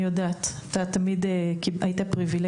אתה תמיד היית פריבילג.